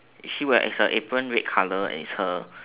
is she wear is her apron red colour and is her